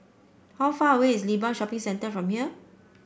how far away is Limbang Shopping Centre from here